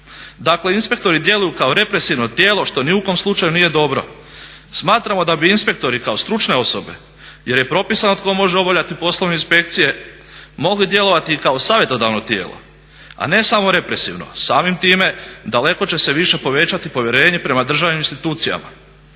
Dakle inspektori djeluju kao represivno tijelo što ni u kom slučaju nije dobro. Smatramo da bi inspektori kao stručne osobe jer je propisano tko može obavljati poslove inspekcije, mogli djelovati i kao savjetodavno tijelo, a ne samo represivno. Samim time daleko će se više povećati povjerenje prema državnim institucijama.